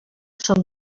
són